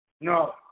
No